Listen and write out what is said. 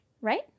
right